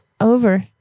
over